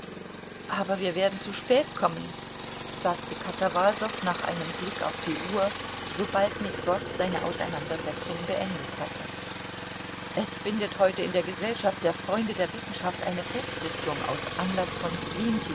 aber wir werden zu spät kommen sagte katawasow nach einem blick auf die uhr sobald metrow seine auseinandersetzung beendet hatte es findet heute in der gesellschaft der freunde der wissenschaft eine festsitzung aus anlaß von